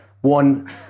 one